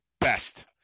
Best